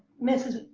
mrs.